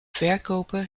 verkoper